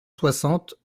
soixante